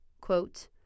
quote